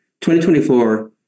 2024